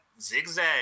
Zigzag